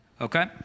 Okay